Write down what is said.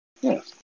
Yes